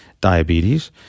diabetes